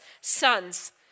sons